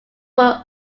but